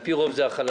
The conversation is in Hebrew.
על פי רוב זה החלשים.